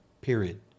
period